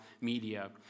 media